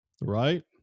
right